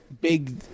big